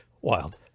Wild